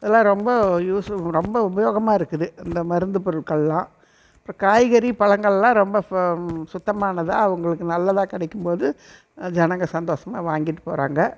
அதெலாம் ரொம்ப யூஸ்ஸு ரொம்ப உபயோகமாக இருக்குது இந்த மருந்து பொருட்களளெலாம் இப்போ காய்கறி பழங்களெலாம் ரொம்ப சுத்தமானதாக அவர்களுக்கு நல்லதாக கிடைக்கும் போது ஜனங்கள் சந்தோஷமாக வாங்கிட்டு போகிறாங்க